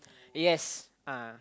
yes ah